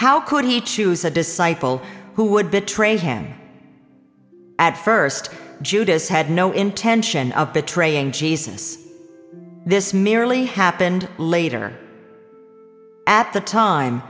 how could he choose a disciple who would betray him at first judas had no intention of betraying jesus this merely happened later at the time